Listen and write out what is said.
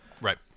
Right